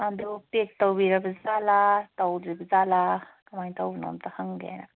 ꯑꯗꯣ ꯄꯦꯛ ꯇꯧꯕꯤꯔꯕꯖꯥꯠꯂꯥ ꯇꯧꯗ꯭ꯔꯤꯕꯖꯥꯠꯂꯥ ꯀꯔꯃꯥꯏꯅ ꯇꯧꯕꯅꯣ ꯑꯝꯇ ꯍꯪꯒꯦꯅ